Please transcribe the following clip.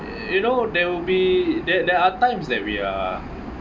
you know there will be there there are times that we are